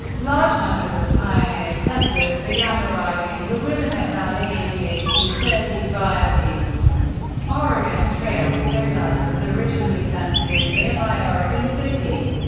large numbers of pioneer settlers began arriving in the willamette valley in the eighteen thirty s via the oregon trail, though life was originally centered in nearby oregon city.